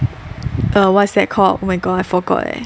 err what's that called oh my god I forgot leh